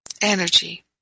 energy